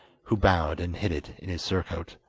who bowed and hid it in his surcoat.